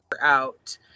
out